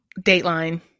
dateline